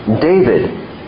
David